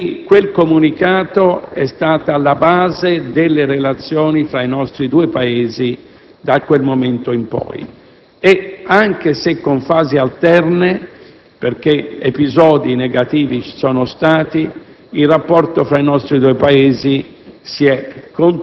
In effetti, quel comunicato è stato la base delle relazioni fra i nostri due Paesi da quel momento in poi. Infatti, anche se con fasi alterne, perché episodi negativi vi sono stati, il rapporto fra i nostri due Paesi